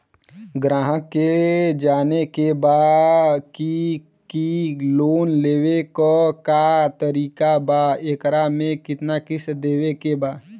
ग्राहक के जाने के बा की की लोन लेवे क का तरीका बा एकरा में कितना किस्त देवे के बा?